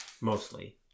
mostly